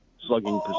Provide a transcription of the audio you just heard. slugging